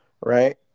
right